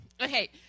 Okay